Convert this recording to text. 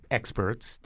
experts